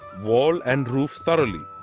wall and roof thoroughly.